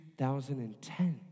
2010